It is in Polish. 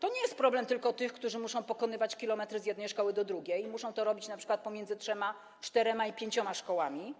To nie jest problem tylko tych, którzy muszą pokonywać kilometry z jednej szkoły do drugiej, muszą to robić, przemieszczać się np. pomiędzy trzema, czterema czy pięcioma szkołami,